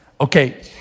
Okay